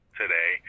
today